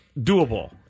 doable